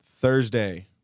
Thursday